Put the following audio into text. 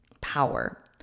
power